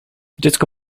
dziecko